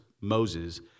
Moses